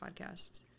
podcast